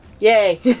Yay